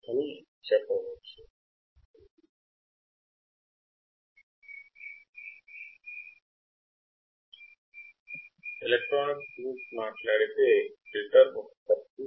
మనం ఈ ఫిల్టర్లను ఎలా రూపొందించగలం